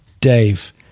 Dave